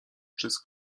przez